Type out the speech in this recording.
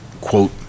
quote